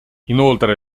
inoltre